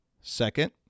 second